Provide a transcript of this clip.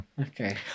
Okay